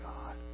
God